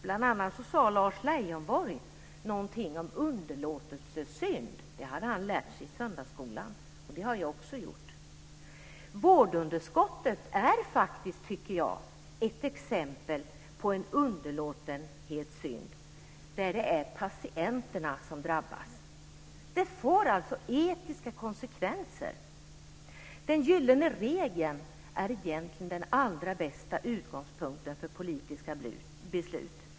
Bl.a. sade Lars Leijonborg någonting om underlåtenhetssynd. Det hade han lärt sig i söndagsskolan, och det har jag också gjort. Vårdunderskottet är, tycker jag, ett exempel på en underlåtenhetssynd där det är patienterna som drabbas. Det får alltså etiska konsekvenser. Den gyllene regeln är egentligen den allra bästa utgångspunkten för politiska beslut.